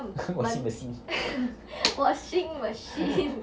washing macine~